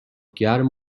گرم